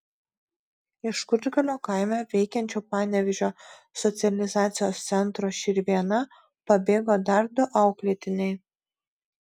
iš kučgalio kaime veikiančio panevėžio socializacijos centro širvėna pabėgo dar du auklėtiniai